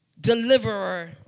deliverer